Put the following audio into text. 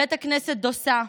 בית הכנסת דוסא,